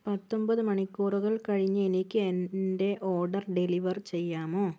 പത്തൊൻപത് മണിക്കൂറുകൾ കഴിഞ്ഞ് എനിക്ക് എന്റെ ഓർഡർ ഡെലിവർ ചെയ്യാമോ